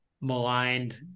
maligned